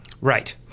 Right